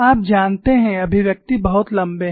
आप जानते हैं अभिव्यक्ति बहुत लंबे हैं